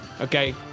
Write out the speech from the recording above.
Okay